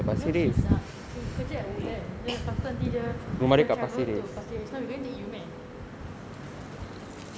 no she's a she kerja at woodlands then lepas tu nanti dia travel to pasir ris no we going to eat